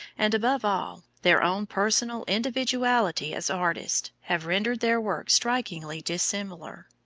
and, above all, their own personal individuality as artists, have rendered their work strikingly dissimilar.